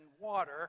water